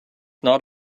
not